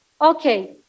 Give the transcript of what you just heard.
Okay